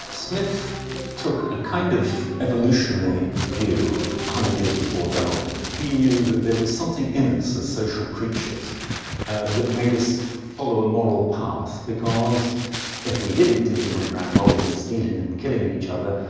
smith took a kind of evolutionary view one hundred years before darwin. he knew that there was something in us as social creatures that made us follow a moral path, because if we didn't, if we went around robbing, and stealing, and killing each other,